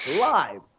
live